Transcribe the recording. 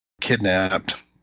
kidnapped